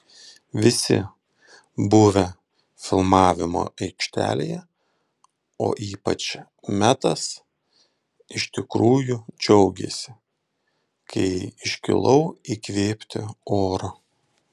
visi buvę filmavimo aikštelėje o ypač metas iš tikrųjų džiaugėsi kai iškilau įkvėpti oro